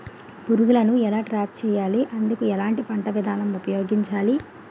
పురుగులను ఎలా ట్రాప్ చేయాలి? అందుకు ఎలాంటి పంట విధానం ఉపయోగించాలీ?